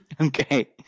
okay